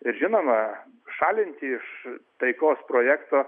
ir žinoma šalinti iš taikos projekto